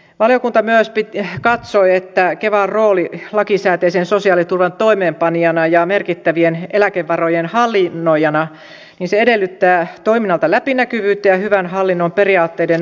valiokunta myös katsoi että kevan rooli lakisääteisen sosiaaliturvan toimeenpanijana ja merkittävien eläkevarojen hallinnoijana edellyttää toiminnalta läpinäkyvyyttä ja hyvän hallinnon periaatteiden noudattamista